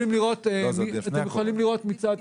לא, זה עוד לפני הקורונה.